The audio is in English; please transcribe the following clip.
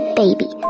baby